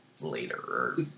later